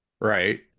right